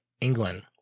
England